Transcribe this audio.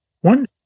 One